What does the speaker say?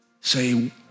say